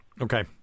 okay